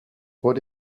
what